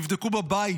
תבדקו ---" בבית: